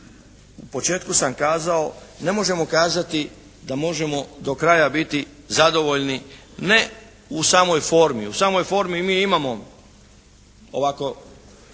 u početku sam kazao ne možemo kazati da možemo do kraja biti zadovoljni ne u samoj formi. U samoj formi mi imamo ovako